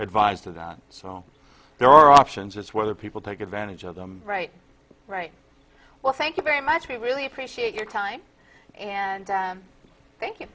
advised of that so there are options it's whether people take advantage of them right right well thank you very much we really appreciate your time and thank you